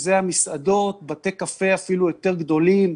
שזה המסעדות, בתי הקפה היותר גדולים,